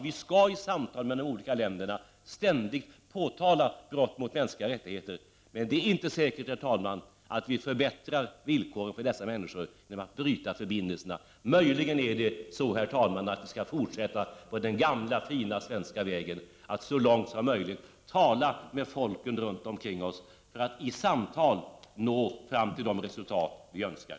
Vi skall i samtal med de olika länderna ständigt påtala brott mot mänskliga rättigheter, men det är inte säkert, herr talman, att vi förbättrar villkoren för dessa människor genom att bryta förbindelserna. Möjligen skall vi fortsätta på den gamla fina svenska vägen, att så långt som möjligt tala med folken runt omkring oss för att nå fram till de resultat som vi önskar.